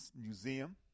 Museum